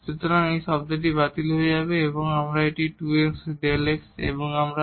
সুতরাং এই শব্দটি বাতিল হয়ে যাবে এবং আমরা একটি 2 x Δ x এবং Δ x2 পাব